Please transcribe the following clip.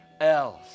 else